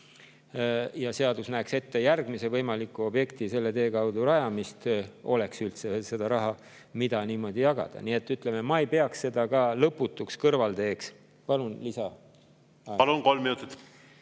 ja seadus näeb ette järgmise võimaliku objekti selle tee kaudu rajamist, oleks üldse raha, mida niimoodi jagada. Nii et, ütleme, ma ei peaks seda ka lõputuks kõrvalteeks … Palun lisaaega. Palun, kolm minutit!